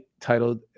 titled